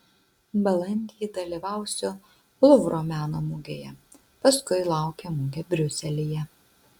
balandį dalyvausiu luvro meno mugėje paskui laukia mugė briuselyje